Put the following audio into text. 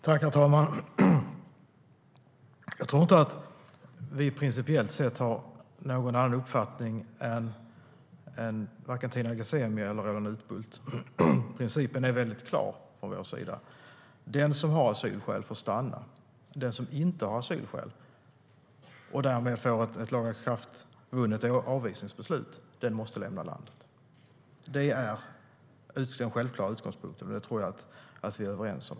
Herr talman! Jag tror inte att vi principiellt sett har någon annan uppfattning än varken Tina Ghasemi eller Roland Utbult. Principen är väldigt klar. Den som har asylskäl får stanna. Den som inte har asylskäl och därmed får ett lagakraftvunnet avvisningsbeslut måste lämna landet. Det är den självklara utgångspunkten. Och den tror jag att vi är överens om.